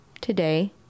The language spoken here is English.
today